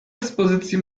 ekspozycji